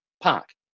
park